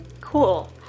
cool